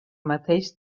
mateix